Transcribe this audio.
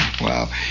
Wow